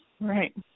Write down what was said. Right